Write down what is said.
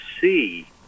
see